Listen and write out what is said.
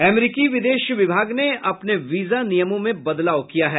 America विदेश विभाग ने अपने वीजा नियमों में बदलाव किया है